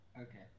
Okay